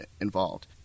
involved